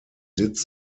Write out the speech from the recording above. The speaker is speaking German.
sitz